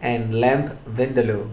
and Lamb Vindaloo